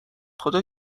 خدا